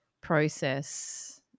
process